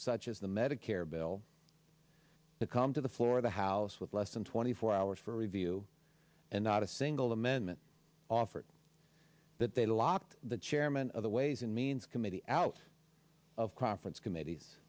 such as the medicare bill to come to the floor of the house with less than twenty four hours for review and not a single amendment offered that they locked the chairman of the ways and means committee out of conference committees